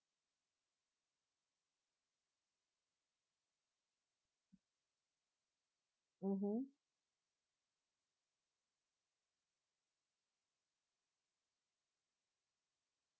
mmhmm